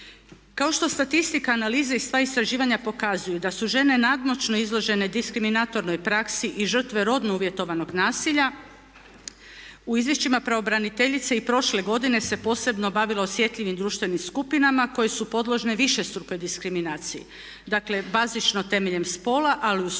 Kao što statistika, analiza i sva istraživanja pokazuju da su žene nadmoćno izložene diskriminatornoj praksi i žrtve rodno uvjetovanog nasilja u izvješćima pravobraniteljice i prošle godine se posebno bavilo osjetljivim društvenim skupinama koje su podložne višestrukoj diskriminaciji. Dakle, bazično temeljem spola ali uz to